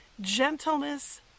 gentleness